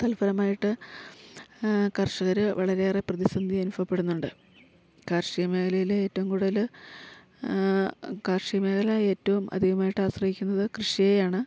തൽഫലമായിട്ട് കർഷകർ വളരെയേറെ പ്രതിസന്ധി അനുഭവപ്പെടുന്നുണ്ട് കാർഷിക മേഖലയിലെ ഏറ്റവും കൂടുതൽ കാർഷിക മേഖല ഏറ്റവും അധികമായിട്ടാശ്രയിക്കുന്നത് കൃഷിയെയാണ്